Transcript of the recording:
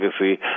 legacy